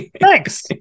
thanks